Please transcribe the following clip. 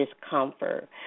discomfort